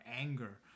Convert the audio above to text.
anger